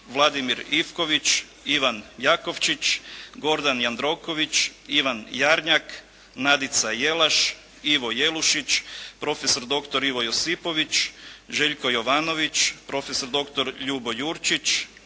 Vladimir Ivković, Ivan Jakovčić, Gordan Jandroković, Ivan Jarnjak, Nadica Jelaš, Ivo Jelušić, prof.dr. Ivo Josipović, Željko Jovanović, prof.dr. Ljubo Jurčić,